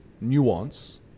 nuance